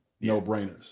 no-brainers